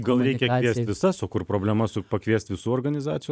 gal reikia kviest visas o kur problema su pakviest visų organizacijų